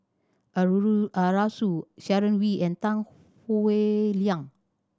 Arasu Sharon Wee and Tan Howe Liang